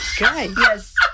Yes